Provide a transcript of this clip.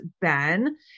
ben